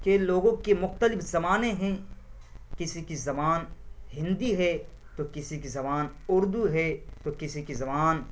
کے لوگوں کے مختلف زبانیں ہیں کسی کی زبان ہندی ہے تو کسی کی زبان اردو ہے تو کسی کی زبان